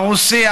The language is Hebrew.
הרוסי,